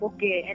Okay